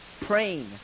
praying